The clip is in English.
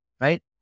right